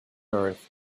earth